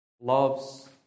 loves